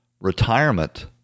retirement